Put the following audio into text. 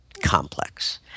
complex